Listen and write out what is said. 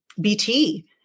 BT